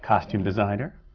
costume designer.